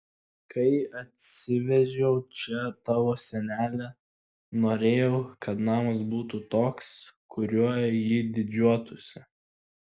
kai atsivežiau čia tavo senelę norėjau kad namas būtų toks kuriuo jį didžiuotųsi